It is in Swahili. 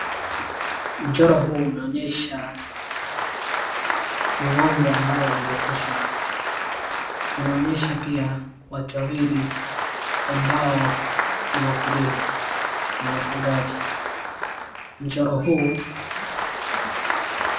Mchoro huu unaonyesha ng'ombe ambaye amekufa, inaonyesha pia watu wawili ambao ni wakulima na wafugaji. Mchoro huu.